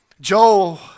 Joel